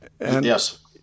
Yes